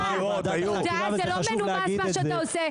מה שאתה עושה לא מנומס.